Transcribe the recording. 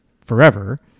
forever